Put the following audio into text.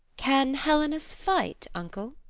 can helenus fight, uncle?